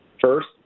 First